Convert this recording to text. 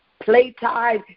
Playtime